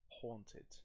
Haunted